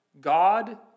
God